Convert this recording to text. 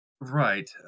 Right